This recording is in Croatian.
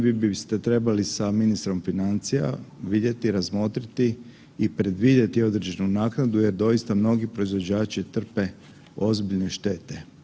Vi biste trebali sa ministrom financija vidjeti i razmotriti i predvidjeti određenu naknadu jer doista mnogi proizvođači trpe ozbiljne štete.